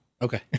Okay